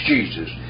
Jesus